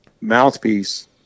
mouthpiece